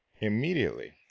immediately